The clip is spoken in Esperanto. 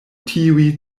tiuj